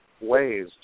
ways